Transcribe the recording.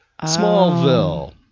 Smallville